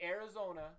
Arizona